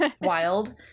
wild